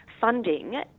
funding